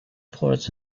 ports